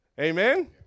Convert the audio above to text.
Amen